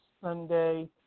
Sunday